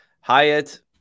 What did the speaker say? Hyatt